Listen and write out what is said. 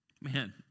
Man